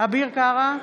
אביר קארה,